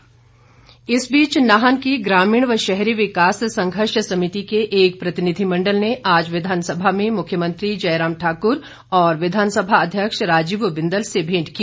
भेंट इस बीच नाहन की ग्रामीण व शहरी विकास संघर्ष समिति के एक प्रतिनिधिमंडल ने आज विधानसभा में मुख्यमंत्री जयराम ठाकुर और विधानसभा अध्यक्ष राजीव बिंदल से भेंट की